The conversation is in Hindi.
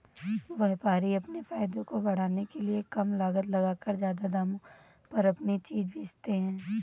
व्यापारी अपने फायदे को बढ़ाने के लिए कम लागत लगाकर ज्यादा दामों पर अपनी चीजें बेचते है